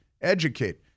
educate